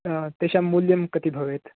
तेषां मूल्यं कति भवेत्